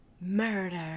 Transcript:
murder